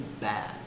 bad